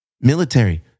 military